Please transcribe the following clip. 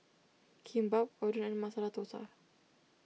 Kimbap Oden and Masala Dosa